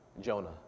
Jonah